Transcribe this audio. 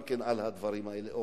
גם כן על הדברים האלה,